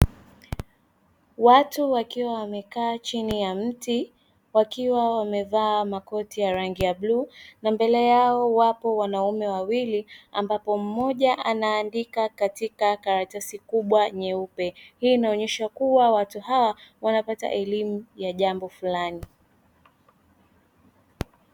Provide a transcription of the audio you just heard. Watu wakiwa wamekaa chini ya mti wakiwa wamevaa makoti ya rangi ya bluu na mbele yao wapo wanaume wawili ambapo mmoja anaandika katika karatasi kubwa nyeupe hii inaonyesha watu hawa wanapata elimu juu ya jambo fulani.